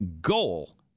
goal